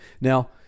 Now